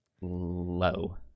low